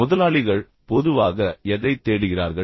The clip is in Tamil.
முதலாளிகள் பொதுவாக எதைத் தேடுகிறார்கள்